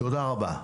תודה רבה.